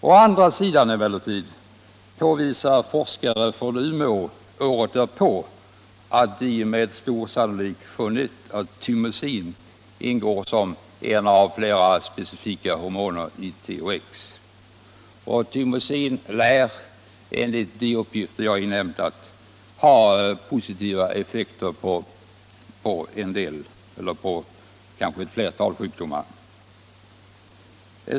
Å andra sidan påvisade forskare från Umeå året därpå att de med stor sannolikhet har funnit att thymosin ingår som en av flera specifika hormoner i THX. Thymosin lär, enligt uppgifter som jag har inhämtat, ha positiva effekter på ett flertal sjukdomar.